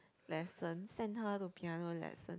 lesson